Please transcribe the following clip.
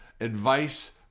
Advice